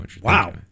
Wow